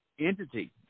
entity